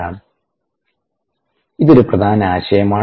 Slide Time 2908 ഇത് ഒരു പ്രധാന ആശയമാണ്